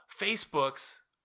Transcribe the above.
Facebook's